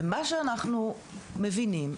ומה שאנחנו מבינים,